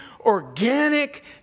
organic